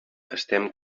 estem